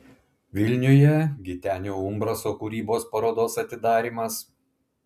vilniuje gitenio umbraso kūrybos parodos atidarymas